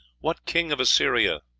what king of assyria,